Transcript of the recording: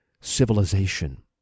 civilization